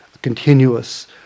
continuous